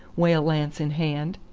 whale lance in hand.